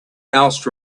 else